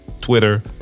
Twitter